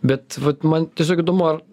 bet vat man tiesiog įdomu ar